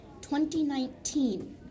2019